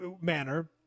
manner